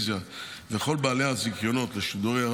כל בעלי הרישיונות לשידורי טלוויזיה וכל בעלי הזיכיונות